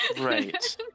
Right